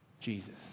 Jesus